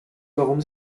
warum